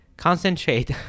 concentrate